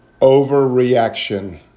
overreaction